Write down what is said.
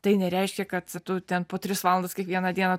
tai nereiškia kad tu ten po tris valandas kiekvieną dieną